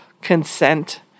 consent